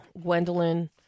Gwendolyn